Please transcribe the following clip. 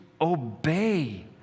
obey